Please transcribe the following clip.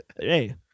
hey